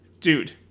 dude